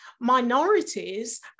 minorities